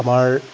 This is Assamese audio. আমাৰ